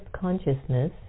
consciousness